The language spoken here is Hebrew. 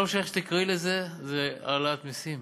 לא משנה איך תקראי לזה, זה העלאת מסים,